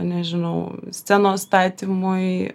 nežinau scenos statymui